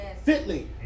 Fitly